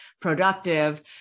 productive